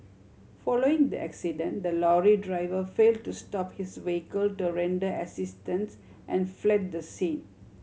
following the accident the lorry driver fail to stop his vehicle to render assistance and fled the scene